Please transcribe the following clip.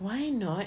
why not